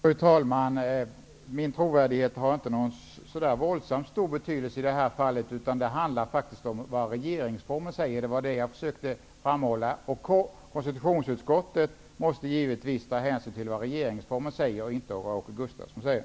Fru talman! Min trovärdighet har inte någon våldsamt stor betydelse i detta sammanhang, utan det handlar om vad regeringsformen säger. Det var det som jag försökte framhålla. Konstitutionsutskottet måste givetvis ta hänsyn till vad regeringsformen säger, inte till vad Åke Gustavsson säger.